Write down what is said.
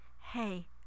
hey